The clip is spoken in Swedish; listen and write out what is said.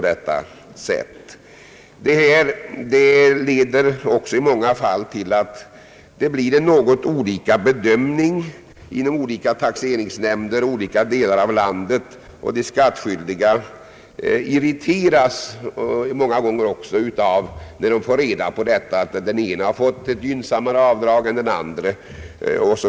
Det blir också i många fall en något olika bedömning inom olika taxeringsnämnder i olika delar av landet. De skattskyldiga irriteras ofta när de får reda på att den ene har fått ett gynnsammare avdrag än den andre.